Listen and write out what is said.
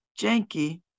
janky